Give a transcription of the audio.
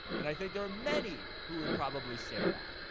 and i think there are many who would probably say that.